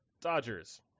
Dodgers